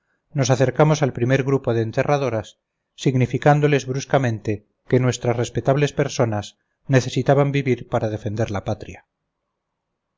nos acercamos al primer grupo de enterradoras significándoles bruscamente que nuestras respetables personas necesitaban vivir para defender la patria